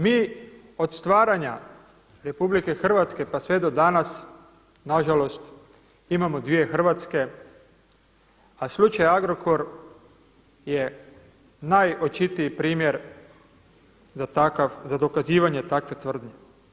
Mi od stvaranja RH pa sve do danas nažalost imamo dvije Hrvatske a slučaj Agrokor je najočitiji primjer za takav, za dokazivanje takve tvrdnje.